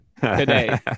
today